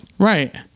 Right